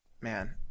man